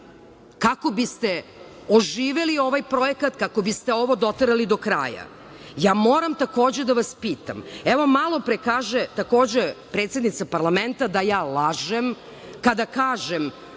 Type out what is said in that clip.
kako biste oživeli ovaj projekat, kako biste ovo doterali do kraja. Moram takođe da vas pitam, malopre kaže takođe predsednica parlamenta da ja lažem kada kažem